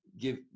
give